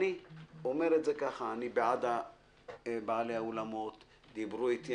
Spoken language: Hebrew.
אני בעד בעלי האולמות, שדיברו אתי.